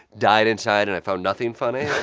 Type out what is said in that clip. died inside, and i found nothing funny,